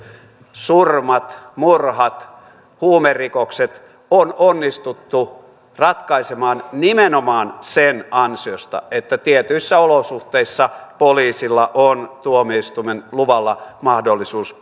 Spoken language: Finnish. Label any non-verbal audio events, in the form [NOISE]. surmat murhat huu merikokset on onnistuttu ratkaisemaan nimenomaan sen ansiosta että tietyissä olosuhteissa poliisilla on tuomioistuimen luvalla mahdollisuus [UNINTELLIGIBLE]